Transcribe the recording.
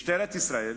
משטרת ישראל